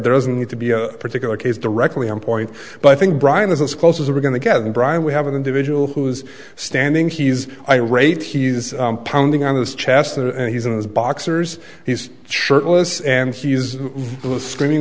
there isn't going to be a particular case directly on point but i think brian is as close as we're going to get and brian we have an individual who's standing he's irate he's pounding on his chest and he's in his boxers he's shirtless and he's screaming